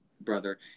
brother